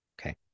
Okay